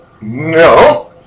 No